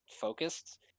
focused